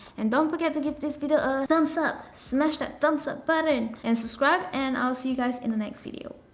and don't forget to give this video a ah thumbs up, smash that thumbs up button, and subscribe, and i'll see you guys in the next video.